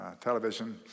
television